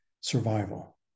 survival